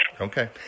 Okay